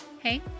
Hey